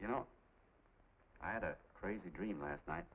you know i had a crazy dream last night